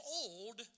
old